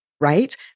right